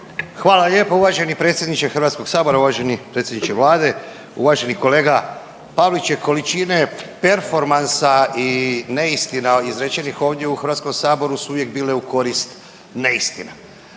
Hvala lijepo uvaženi predsjedniče Hrvatskoga sabora, uvaženi predsjedniče Vlade. Uvaženi kolega Pavliček, količine performansa i neistina izrečenih ovdje u HS su uvijek bile u korist neistina.